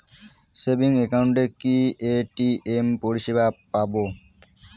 Savings একাউন্টে কি ATM পরিসেবা পাব?